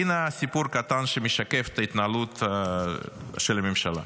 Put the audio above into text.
הינה סיפור קטן שמשקף את ההתנהלות של הממשלה: